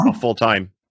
full-time